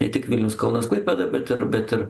ne tik vilnius kaunas klaipėda bet ir bet ir